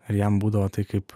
ir jam būdavo tai kaip